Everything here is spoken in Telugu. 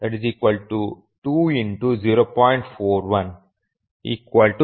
41 1 20